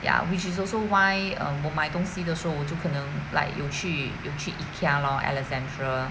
ya which is also why um 我买东西的时候我就可能 like 有去有去 Ikea lor alexandra